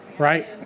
Right